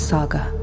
Saga